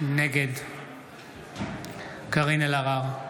נגד קארין אלהרר,